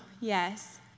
yes